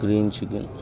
green chicken